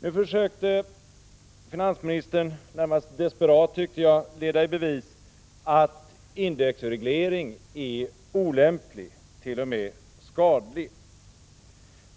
Nu försökte finansministern — närmast desperat, tyckte jag — leda i bevis att en indexreglering är olämplig, t.o.m. skadlig.